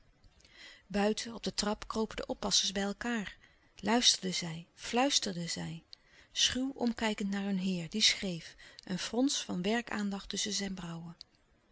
buiten op de trap kropen de oppassers bij elkaâr luisterden zij fluisterden zij schuw omkijkend naar hun heer die schreef een frons van werkaandacht tusschen zijn brauwen